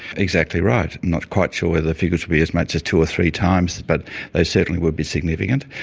exactly right. not quite sure whether the figures would be as much as two or three times but they certainly would be significant.